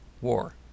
war